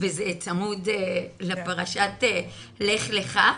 וזה צמוד לפרשת לך לך.